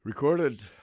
Recorded